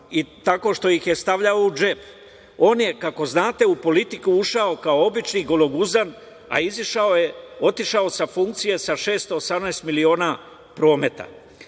tako što ih je stavljao u džep, on je, kako znate, u politiku ušao kao obični gologuzan, a otišao je sa funkcije sa 618 miliona prometa.